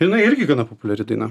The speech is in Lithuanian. jinai irgi gana populiari daina